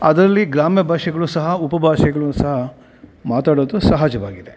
ಅದರಲ್ಲಿ ಗ್ರಾಮ್ಯ ಭಾಷೆಗಳು ಸಹ ಉಪ ಭಾಷೆಗಳೂ ಸಹ ಮಾತಾಡೋದು ಸಹಜವಾಗಿದೆ